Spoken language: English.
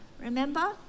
remember